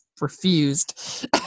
refused